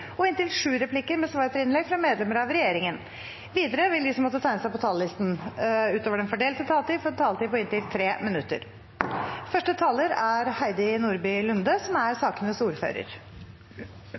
og inntil sju replikker med svar etter innlegg fra medlemmer av regjeringen. Videre vil de som måtte tegne seg på talerlisten utover den fordelte taletid, få en taletid på inntil 3 minutter. Den første saken jeg var saksordfører for i Stortinget, var en litt sånn teknisk lovsak i finanskomiteen som